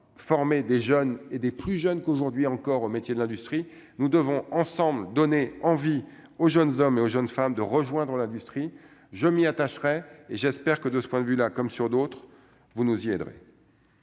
former des jeunes et des plus jeunes qu'aujourd'hui encore aux métiers de l'industrie, nous devons ensemble donner envie aux jeunes hommes et aux jeunes femmes de rejoindre l'industrie, je m'y attacherai et j'espère que de ce point de vue-là comme sur d'autres, vous nous y aiderez.